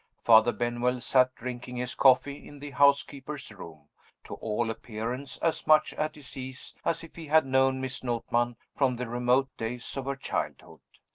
father benwell sat drinking his coffee in the housekeeper's room to all appearance as much at his ease as if he had known miss notman from the remote days of her childhood.